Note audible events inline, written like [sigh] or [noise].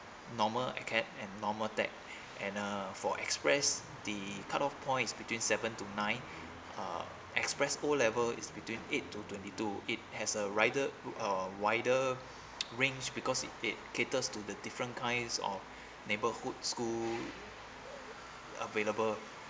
normal acad~ and normal tech and uh for express the cut off points is between seven to nine [breath] uh express O level is between eight to twenty two it has a rider uh uh wider [breath] range because it it caters to the different kinds of [breath] neighbourhood school available